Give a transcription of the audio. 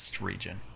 region